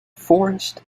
forest